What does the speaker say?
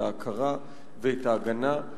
את ההכרה ואת ההגנה,